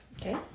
Okay